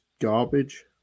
garbage